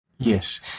Yes